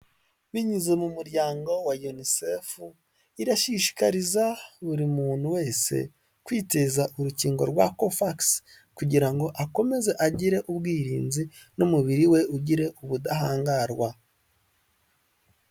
Binyuze mu muryango wa Unicef, irashishikariza buri muntu wese kwiteza urukingo rwa Cofax kugira ngo akomeze agire ubwirinzi n'umubiri we ugire ubudahangarwa.